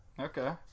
Okay